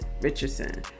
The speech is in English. Richardson